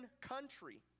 country